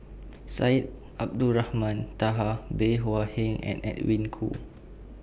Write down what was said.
Syed Abdulrahman Taha Bey Hua Heng and Edwin Koo